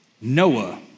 Noah